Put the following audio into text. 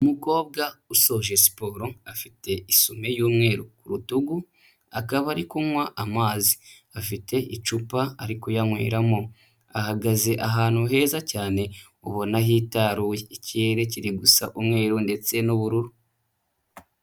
Umukobwa usoje siporo afite isume y'umweru rutugu, akaba ari kunywa amazi, afite icupa ari kuyanyweramo, ahagaze ahantu heza cyane ubona hitaruye, ikirere kiri gusa umweru ndetse n'ubururu.